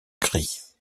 gris